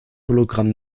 hologramm